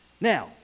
Now